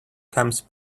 comes